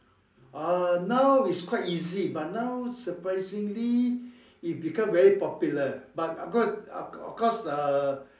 ah now is quite easy but now surprisingly it become very popular but of course of course uh